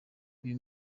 uyu